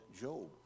Job